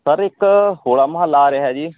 sir ਇੱਕ ਹੋਲਾ ਮਹੱਲਾ ਆ ਰਿਹਾ ਜੀ